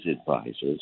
advisors